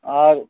আর